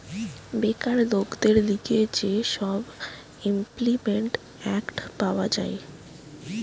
বেকার লোকদের লিগে যে সব ইমল্পিমেন্ট এক্ট পাওয়া যায়